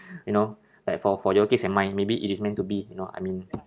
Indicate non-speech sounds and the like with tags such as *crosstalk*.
*breath* you know like for for your case and mine maybe it is meant to be you know I mean